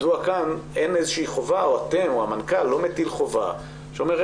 מדוע כאן אין איזושהי חובה או אתם או המנכ"ל לא מטיל חובה שאומר,